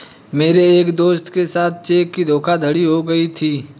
मेरे एक दोस्त के साथ चेक की धोखाधड़ी हो गयी थी